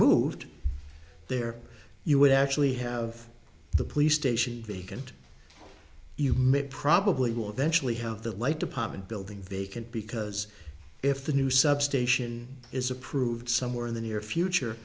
moved there you would actually have the police station vacant you may probably will eventually have that light department building vacant because if the new substation is approved somewhere in the near